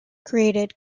created